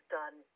done